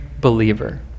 believer